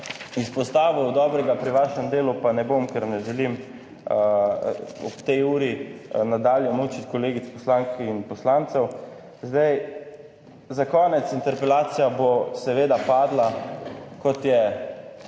izpostavil dobrega pri vašem delu pa ne bom, ker ne želim ob tej uri nadalje mučiti kolegic poslank in poslancev. Sedaj za konec, interpelacija bo seveda padla kot je